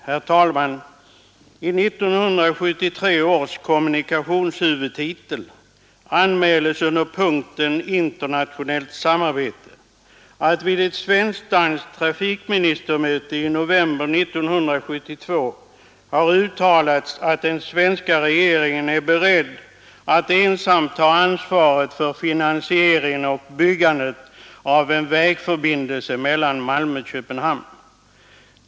Herr talman! I 1973 års kommunikationshuvudtitel anmäles under punkten Det internationella samarbetet att vid ett svensk-danskt trafikministermöte i november 1972 har uttalats att svenska regeringen är beredd att ensam ta ansvaret för finansieringen och byggandet av en vägförbindelse mellan Malmö och Köpenhamn.